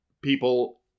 people